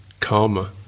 karma